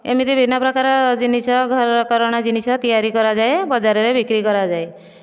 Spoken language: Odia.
ଏମିତି ବିଭିନ୍ନ ପ୍ରକାର ଜିନିଷ ଘର କରଣା ଜିନିଷ ତିଆରି କରାଯାଏ ବଜାର ରେ ବିକ୍ରି କରାଯାଏ